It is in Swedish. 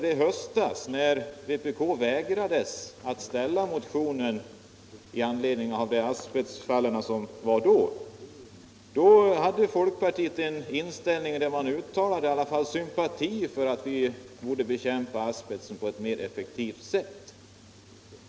I höstas, när vpk vägrades att väcka motionen i anledning av de då upptäckta asbestfallen, uttalade folkpartiet visserligen sympati för att man borde bekämpa asbesten på ett mer effektivt sätt.